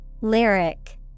Lyric